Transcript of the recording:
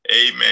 Amen